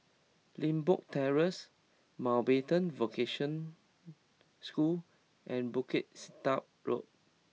Limbok Terrace Mountbatten Vocational School and Bukit Sedap Road